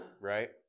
right